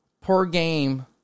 per-game